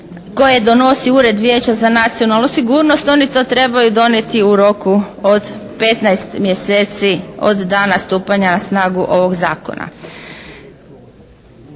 koje donosi Ured Vijeća za nacionalnu sigurnost, oni to trebaju donijeti u roku od 15 mjeseci od dana stupanja na snagu ovog zakona.